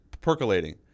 percolating